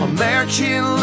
American